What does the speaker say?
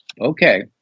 Okay